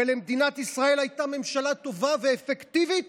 ולמדינת ישראל הייתה ממשלה טובה ואפקטיבית,